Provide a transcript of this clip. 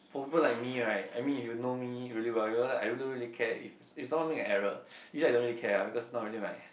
for people like me right I mean if you know me really well you know that I wouldn't really care if if someone make a error usually I don't really care ah because not really my